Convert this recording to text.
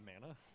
mana